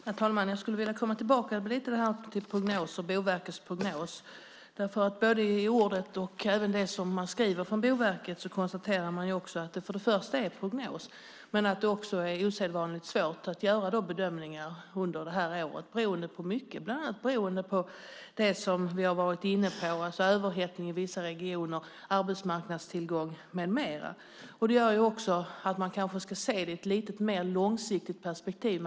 Herr talman! Jag skulle vilja komma tillbaka till Boverkets prognos. Boverket konstaterar att det för det första är en prognos och för det andra att det är osedvanligt svårt att göra bedömningar under detta år beroende på många saker, bland annat beroende på det som vi har varit inne på, alltså överhettning i vissa regioner, arbetsmarknadstillgång med mera. Det gör också att man kanske ska se detta i ett lite mer långsiktigt perspektiv.